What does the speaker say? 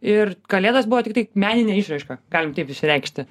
ir kalėdos buvo tiktai meninė išraiška galim taip išsireikšti